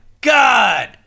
God